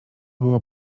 było